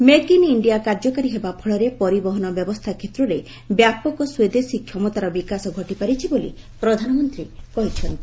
make in India କାର୍ଯ୍ୟକାରୀ ହେବା ଫଳରେ ପରିବହନ ବ୍ୟବସ୍ଥା କ୍ଷେତ୍ରରେ ବ୍ୟାପକ ସ୍ପଦେଶୀ କ୍ଷମତାର ବିକାଶ ଘଟିପାରିଛି ବୋଲି ପ୍ରଧାନମନ୍ତ୍ରୀ କହିଛନ୍ତି